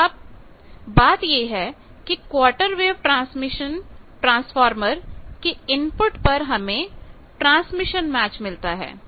अब बात यह है कि इस क्वार्टर वेव ट्रांसफार्मर की इनपुट पर हमें ट्रांसमिशन मैच मिलता है